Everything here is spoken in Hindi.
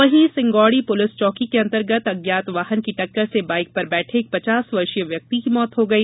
वहीं सिंगोड़ी पुलिस चौकी के अंतर्गत अज्ञात वाहन की टक्कर से बाईक पर बैठे एक पचास वर्षीय व्यक्ति की मौत हो गई